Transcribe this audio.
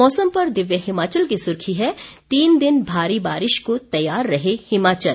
मौसम पर दिव्य हिमाचल की सुर्खी है तीन दिन भारी बारिश को तैयार रहे हिमाचल